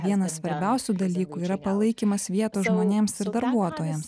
vienas svarbiausių dalykų yra palaikymas vietos žmonėms ir darbuotojams